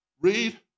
Read